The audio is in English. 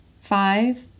Five